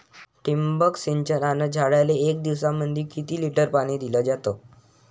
ठिबक सिंचनानं झाडाले एक दिवसामंदी किती लिटर पाणी दिलं जातं?